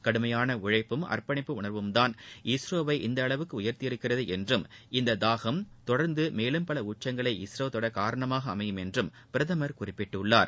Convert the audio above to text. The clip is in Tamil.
கடுமையான உழழப்பும் அர்ப்பணிப்பு உணர்வும்தான் இஸ்ரோவை இந்த அளவுக்கு உயர்த்தியிருக்கிறது என்றும் இந்தத் தாகம் தொடர்ந்து மேலும் பல உச்சங்களை இஸ்ரோ தொட காரணமாக அமையும் என்றும் பிரதமர் குறிப்பிட்டுள்ளார்